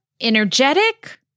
energetic